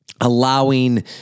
allowing